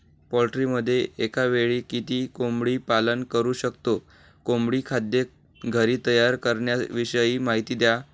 पोल्ट्रीमध्ये एकावेळी किती कोंबडी पालन करु शकतो? कोंबडी खाद्य घरी तयार करण्याविषयी माहिती द्या